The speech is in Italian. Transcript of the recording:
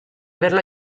averlo